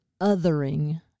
othering